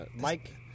Mike